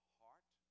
heart